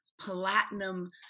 platinum